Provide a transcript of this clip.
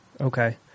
Okay